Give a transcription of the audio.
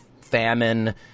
famine